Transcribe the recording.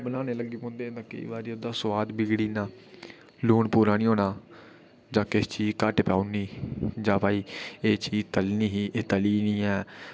बनाने गी लग्गी पौंदे हे ते केईं बारी ओह्दा सुआद बिगड़ी जंदा लून पूरी नेईं होना जां किश चीज घट्ट पाई ओड़नी जां भाई एह् चीज तलनी ही एह् तल्ली नेईं ऐं